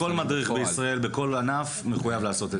כל מדריך בישראל, בכל ענף, מחויב לעשות את זה.